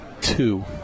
two